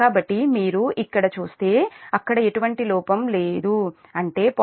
కాబట్టి మీరు ఇక్కడ చూస్తే అక్కడ ఎటువంటి లోపం లేదు అంటే 0